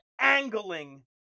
angling